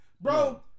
Bro